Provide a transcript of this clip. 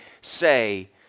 say